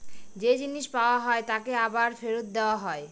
যে জিনিস পাওয়া হয় তাকে আবার ফেরত দেওয়া হয়